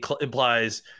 implies